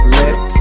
let